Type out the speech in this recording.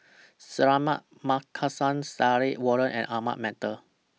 Suratman Markasan Stanley Warren and Ahmad Mattar